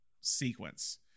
sequence